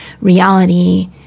reality